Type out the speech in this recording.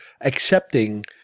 accepting